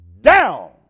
down